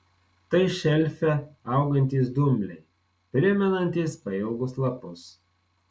tai šelfe augantys dumbliai primenantys pailgus lapus